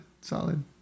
Solid